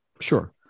Sure